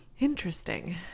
Interesting